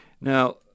Now